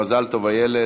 מזל טוב, איילת,